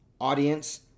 audience